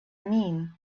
mean